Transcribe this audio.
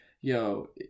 yo